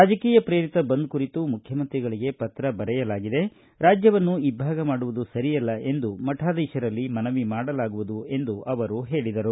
ರಾಜಕೀಯ ಪ್ರೇರಿತ ಬಂದ್ ಕುರಿತು ಮುಖ್ಯಮಂತ್ರಿಗಳಿಗೆ ಪತ್ರ ಬರೆಯಲಾಗಿದೆ ರಾಜ್ಯವನ್ನು ಇಭ್ದಾಗ ಮಾಡುವುದು ಸರಿಯಲ್ಲ ಎಂದು ಮಠಾಧೀಶರಲ್ಲಿ ಮನವಿ ಮಾಡಲಾಗುವುದು ಎಂದು ಅವರು ಹೇಳದರು